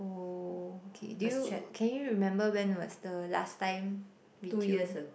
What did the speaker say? oh okay do you can you remember when was the last time we tuned